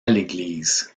l’église